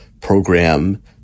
program